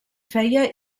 feia